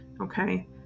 okay